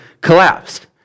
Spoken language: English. collapsed